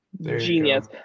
genius